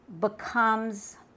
becomes